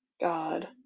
God